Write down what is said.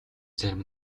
зарим